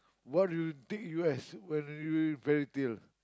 what do you think you as when you read fairy tale